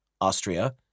Austria